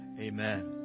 Amen